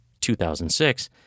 2006